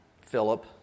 Philip